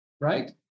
right